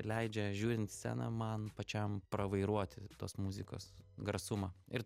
leidžia žiūrint į sceną man pačiam pravairuoti tos muzikos garsumą ir